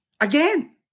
again